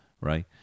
right